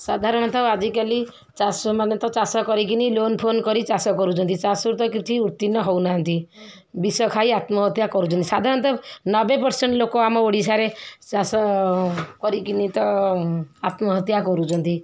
ସାଧାରଣତଃ ଆଜିକାଲି ଚାଷମାନେ ତ ଚାଷ କରିକିନି ଲୋନ୍ଫୋନ୍ କରି ଚାଷ କରୁଛନ୍ତି ଚାଷରୁ ତ କିଛି ଉତ୍ତୀର୍ଣ୍ଣ ହେଉନାହାନ୍ତି ବିଷ ଖାଇ ଆତ୍ମହତ୍ୟା କରୁଛନ୍ତି ସାଧାରଣତଃ ନବେ ପରସେଣ୍ଟ୍ ଲୋକ ଆମ ଓଡ଼ିଶାରେ ଚାଷ କରିକି ତ ଆତ୍ମହତ୍ୟା କରୁଛନ୍ତି